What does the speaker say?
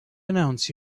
announce